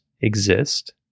exist